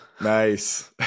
Nice